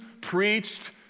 preached